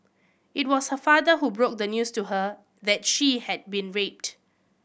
it was her father who broke the news to her that she had been raped